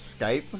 Skype